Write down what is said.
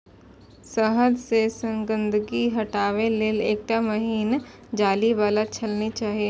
शहद सं गंदगी हटाबै लेल एकटा महीन जाली बला छलनी चाही